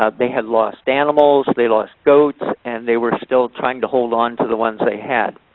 ah they had lost animals. they lost goats, and they were still trying to hold onto the ones they had.